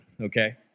okay